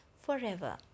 forever